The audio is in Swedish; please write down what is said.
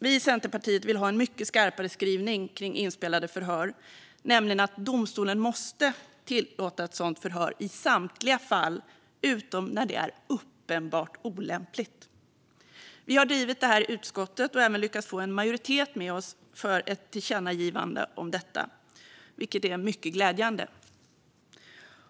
Vi i Centerpartiet vill ha en mycket skarpare skrivning om inspelade förhör, nämligen att domstolen måste tillåta ett sådant förhör i samtliga fall utom när det är uppenbart olämpligt. Vi har drivit det i utskottet och även lyckats få en majoritet med oss för ett tillkännagivande om detta, vilket är mycket glädjande.